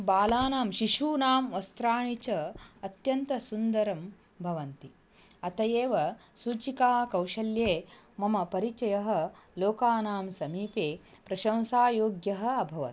बालानां शिशूनां वस्त्राणि च अत्यन्तसुन्दरं भवन्ति अत एव सूचिकाकौशल्ये मम परिचयः लोकानां समीपे प्रशंसायोग्यः अभवत्